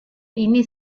ini